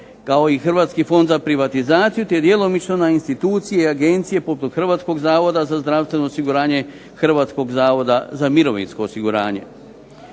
kao i Hrvatskog fonda za privatizaciju, te djelomično na institucije, agencije poput Hrvatskog zavoda za zdravstveno osiguranje, Hrvatskog zavoda za mirovinsko osiguranje.